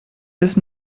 ist